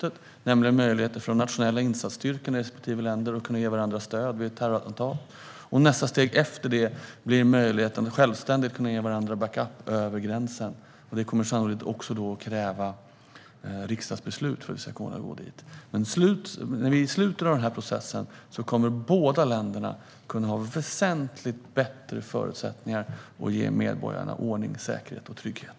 Det handlar om möjligheten för de nationella insatsstyrkorna i respektive länder att ge varandra stöd vid terrorattentat. Och nästa steg efter det blir möjligheten att självständigt ge varandra backup över gränsen. Det kommer sannolikt att krävas riksdagsbeslut för att vi ska kunna gå dit. Men när vi är i slutet av den här processen kommer båda länderna att kunna ha väsentligt bättre förutsättningar att ge medborgarna ordning, säkerhet och trygghet.